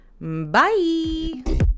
Bye